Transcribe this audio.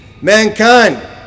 Mankind